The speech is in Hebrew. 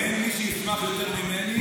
אין מי שישמח יותר ממני לתת להם את הכסף.